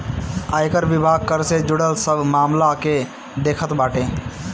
आयकर विभाग कर से जुड़ल सब मामला के देखत बाटे